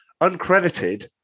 uncredited